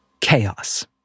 chaos